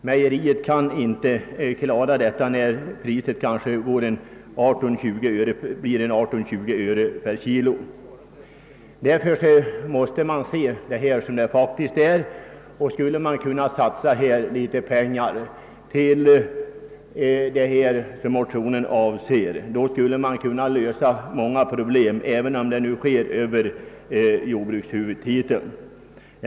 Mejerierna kan inte klara mer kostnader som kanske går upp till 18—20 öre per kilo, men om man satsade litet pengar på det sätt som motionen avser, skulle man kunna lösa både detta och många andra problem, även om det går över jordbrukshuvudtiteln.